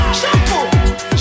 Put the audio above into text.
shampoo